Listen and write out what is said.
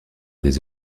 des